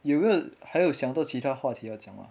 你不是还有想到其他话题要讲吗